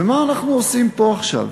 ומה אנחנו עושים פה עכשיו?